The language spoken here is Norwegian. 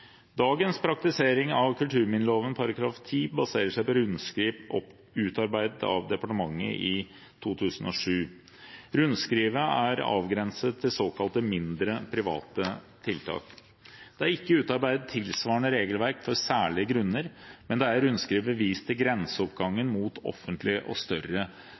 Dagens praktisering av kulturminneloven § 10 baserer seg på rundskriv utarbeidet av departementet i 2007. Rundskrivet er avgrenset til såkalte mindre, private tiltak. Det er ikke utarbeidet tilsvarende regelverk for særlige grunner, men det er i rundskrivet vist til grenseoppgangen mot offentlige og større